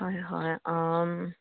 হয় হয়